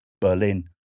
Berlin